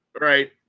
Right